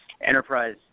enterprise